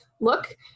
look